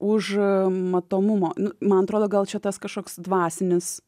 už matomumo man atrodo gal čia tas kažkoks dvasinis